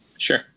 Sure